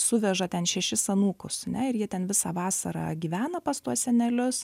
suveža ten šešis anūkus ir jie ten visą vasarą gyvena pas tuos senelius